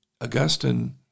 Augustine